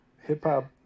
hip-hop